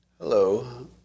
Hello